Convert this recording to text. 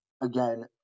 again